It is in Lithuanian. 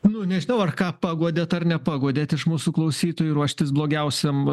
nu nežinau ar ką paguodėt ar nepaguodėt iš mūsų klausytojų ruoštis blogiausiam